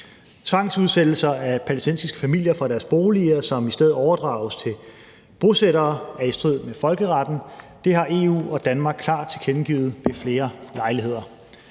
Tvangsudsættelser af palæstinensiske familier fra deres boliger, som i stedet overdrages til bosættere, er i strid med folkeretten. Det har EU og Danmark klart tilkendegivet ved flere lejligheder.